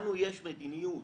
לנו יש מדיניות